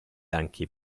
anche